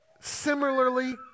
similarly